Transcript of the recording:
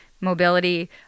mobility